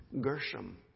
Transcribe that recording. Gershom